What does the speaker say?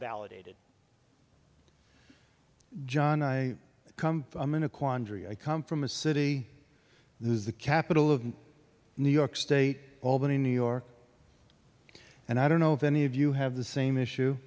validated john i come i'm in a quandary i come from a city that is the capital of new york state albany new york and i don't know if any of you have the same issue